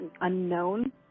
unknown